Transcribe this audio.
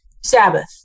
sabbath